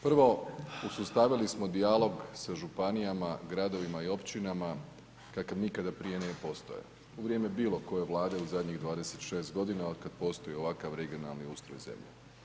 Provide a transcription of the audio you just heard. Prvo uspostavili smo dijalog sa županijama, gradovima i općinama, kakav nikad prije nije postojao, u vrijeme bilo koje vlade u zadnjih 26 g. od kada postoji ovakav regionalni ustroj zemlje.